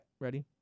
Ready